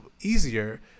easier